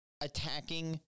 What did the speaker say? attacking